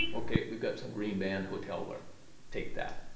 ok, we've got some green band hotel ware take that.